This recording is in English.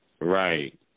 Right